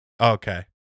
Okay